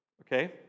Okay